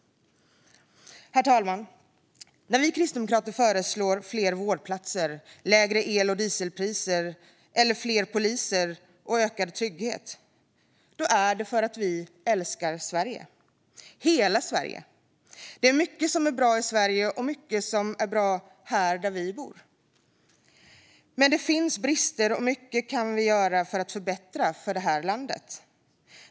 Herr talman! När vi kristdemokrater föreslår fler vårdplatser, lägre el och dieselpriser eller fler poliser och ökad trygghet är det för att vi älskar Sverige - hela Sverige. Det är mycket som är bra i Sverige och mycket som är bra här där vi bor. Men det finns brister, och det finns mycket som vi kan göra för att förbättra för det här landet.